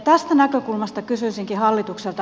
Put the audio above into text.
tästä näkökulmasta kysyisinkin hallitukselta